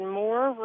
more